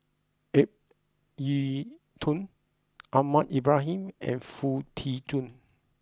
Ip Yiu Tung Ahmad Ibrahim and Foo Tee Jun